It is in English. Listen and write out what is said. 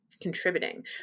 contributing